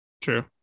true